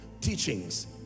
teachings